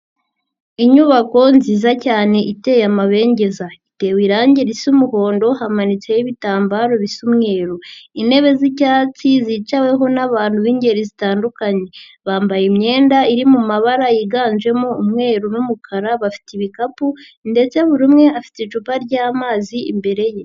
Inyubako nziza cyane iteye amabengeza. Itewe irangi risa umuhondo, hamanitseho ibitambaro bisa umweru. Intebe z'icyatsi zicaweho n'abantu b'ingeri zitandukanye. Bambaye imyenda iri mu mabara yiganjemo umweru n'umukara, bafite ibikapu ndetse buri umwe afite icupa ry'amazi imbere ye.